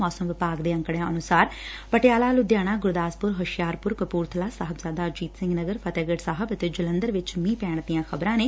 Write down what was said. ਮੌਸਮ ਵਿਭਾਗ ਦੇ ਅੰਕੜਿਆਂ ਅਨੁਸਾਰ ਪਟਿਆਲਾ ਲੁਧਿਆਣਾ ਗੁਰਦਾਸਪੁਰ ਹੂਸ਼ਿਆਰਪੁਰ ਕਪੂਰਬਲਾ ਸਾਹਿਬਜ਼ਾਦਾ ਅਜੀਤ ਸਿੰਘ ਨਗਰ ਫਤਹਿਗੜ੍ ਸਾਹਿਬ ਅਤੇ ਜਲੰਧਰ ਵਿਚ ਮੀ'ਹ ਪੈਣ ਦੀਆਂ ਖ਼ਬਰਾਂ ਨੇ